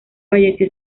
falleció